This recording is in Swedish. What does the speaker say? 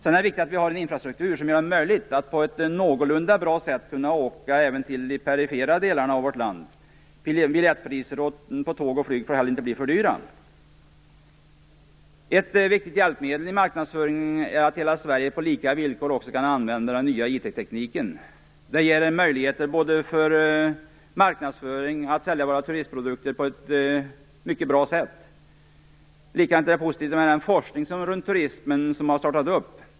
Det är viktigt att ha en infrastruktur som gör det möjligt att på ett någorlunda bra sätt kunna åka även till de perifera delarna av vårt land. Biljettpriser på tåg och flyg får inte bli för dyra. Ett viktigt hjälpmedel i marknadsföringen är att hela Sverige på lika villkor kan använda den nya IT tekniken. Den ger möjligheter till marknadsföring och att sälja turistprodukter på ett mycket bra sätt. Likadant är det positivt med den forskning kring turism som har påbörjats.